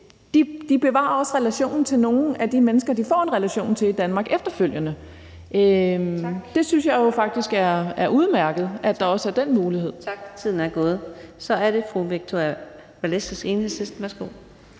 De bevarer også relationen til nogle af de mennesker, de får en relation til i Danmark, efterfølgende. Jeg synes, det faktisk er udmærket, at der også er den mulighed. Kl. 15:40 Fjerde næstformand (Karina Adsbøl): Tak.